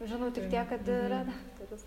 žinau tik tiek kad redaktorius